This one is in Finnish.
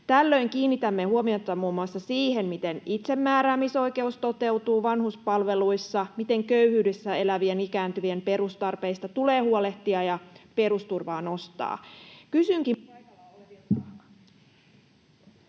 Tällöin kiinnitämme huomiota muun muassa siihen, miten itsemääräämisoikeus toteutuu vanhuspalveluissa, miten köyhyydessä elävien ikääntyvien perustarpeista tulee huolehtia ja perusturvaa nostaa.